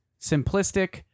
simplistic